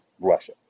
Russia